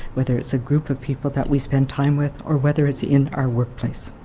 whether it's a group of people that we spend time with or whether it's in our workplace.